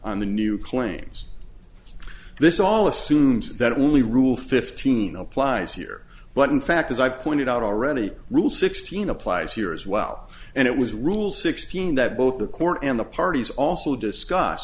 on the new claims this all assumes that only rule fifteen applies here but in fact as i've pointed out already rule sixteen applies here as well and it was rule sixteen that both the court and the parties also discuss